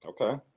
Okay